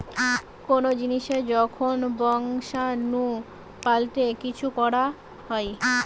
কোন জিনিসের যখন বংশাণু পাল্টে কিছু করা হয়